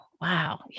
wow